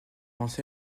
avancer